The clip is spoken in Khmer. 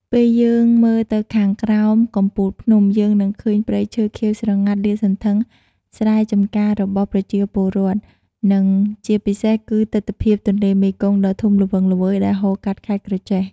ពេលយើងមើលទៅខាងក្រោមកំពូលភ្នំ យើងនឹងឃើញព្រៃឈើខៀវស្រងាត់លាតសន្ធឹង ស្រែចំការរបស់ប្រជាពលរដ្ឋ និងជាពិសេសគឺ ទិដ្ឋភាពទន្លេមេគង្គដ៏ធំល្វឹងល្វើយ ដែលហូរកាត់ខេត្តក្រចេះ ។